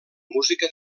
música